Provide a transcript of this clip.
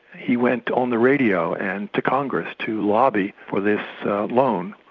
he went on the radio and to congress to lobby for this loan,